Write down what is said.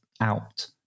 out